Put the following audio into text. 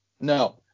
No